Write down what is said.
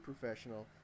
professional